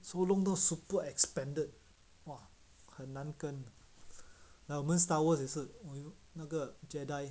so 弄到 super expanded orh 很难跟 like 我们 star wars 也是那个 jedi